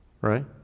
right